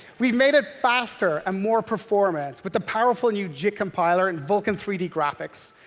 we've made it faster and more performant with the powerful new jit compiler and vulkan three d graphics.